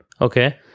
Okay